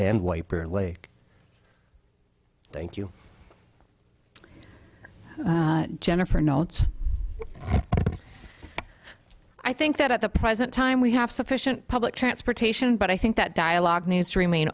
and wiper like thank you jennifer notes i think that at the present time we have sufficient public transportation but i think that dialogue needs to remain